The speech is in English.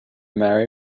marry